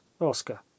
Oscar